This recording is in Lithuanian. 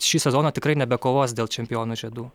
šį sezoną tikrai nebekovos dėl čempionų žiedų